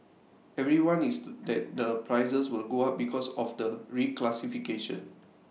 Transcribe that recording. everyone is that the prices will go up because of the reclassification